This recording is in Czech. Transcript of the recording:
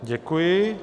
Děkuji.